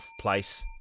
place